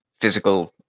physical